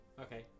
Okay